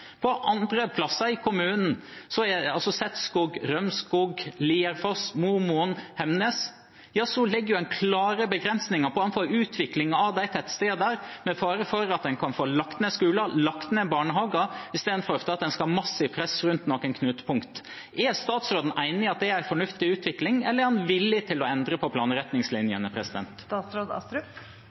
På andre plasser i kommunen – Setskog, Rømskog, Lierfoss, Momoen, Hemnes – legger en klare begrensninger på utviklingen av de tettstedene, med fare for at en kan få lagt ned skoler og barnehager, fordi en skal ha massivt press rundt noen knutepunkt. Er statsråden enig i at det er en fornuftig utvikling, eller er han villig til å endre på planretningslinjene?